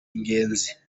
n’ingenzi